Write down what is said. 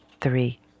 three